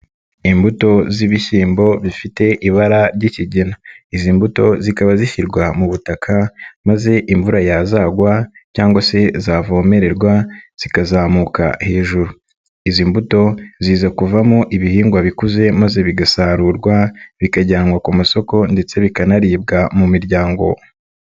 Imbuto z'ibishyimbo bifite ibara ry'ikigina, izi mbuto zikaba zishyirwa mu butaka maze imvura yazagwa cyangwa se zavomererwa zikazamuka hejuru. Izi mbuto ziza kuvamo ibihingwa bikuze maze bigasarurwa, bikajyanwa ku masoko ndetse bikanaribwa mu miryango.